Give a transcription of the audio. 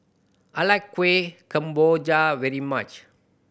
I like Kuih Kemboja very much